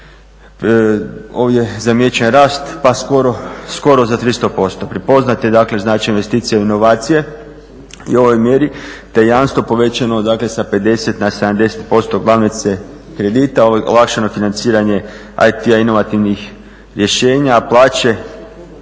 ovdje je zamijećen rast skoro za 300%. Prepoznati dakle znači investicije … inovacije u ovoj mjeri te jamstvo povećano dakle sa 50 na 70% glavnice kredita, olakšano financiranje IT-a inovativnih rješenja, plaće.